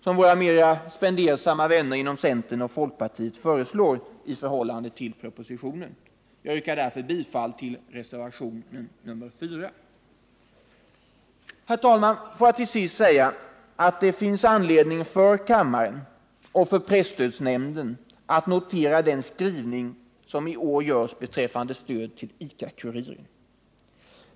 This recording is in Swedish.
som våra mera spendersamma vänner inom centern och socialdemokratin föreslår i förhållande till propositionen. Jag yrkar därför bifall till reservationen 4. Herr talman! Får jag till sist säga att det finns anledning för kammaren och för presstödsnämnden att notera den skrivning som i år görs beträffande stöd till ICA-Kuriren.